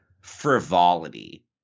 frivolity